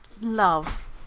love